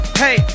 hey